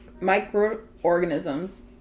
microorganisms